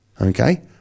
okay